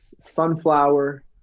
sunflower